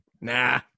nah